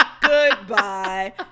Goodbye